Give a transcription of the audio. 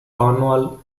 cornwall